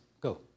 Go